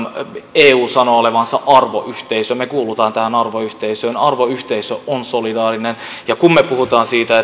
eu sanoo olevansa arvoyhteisö me kuulumme tähän arvoyhteisöön arvoyhteisö on solidaarinen ja kun me puhumme siitä